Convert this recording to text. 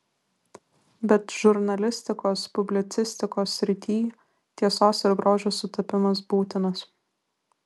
bet žurnalistikos publicistikos srityj tiesos ir grožio sutapimas būtinas